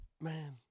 Man